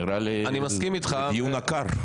נראה לי שהדיון עקר.